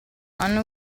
hanno